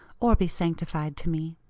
or be sanctified to me.